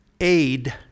aid